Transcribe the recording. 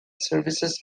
services